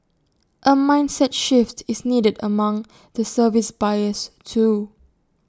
A mindset shift is needed among the service buyers too